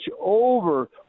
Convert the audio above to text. over